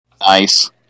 Nice